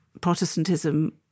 Protestantism